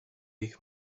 ich